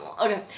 Okay